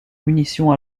munitions